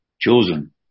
chosen